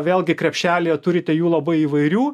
vėlgi krepšelyje turite jų labai įvairių